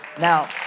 Now